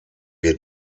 wir